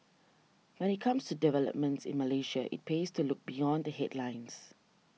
when it comes to developments in Malaysia it pays to look beyond the headlines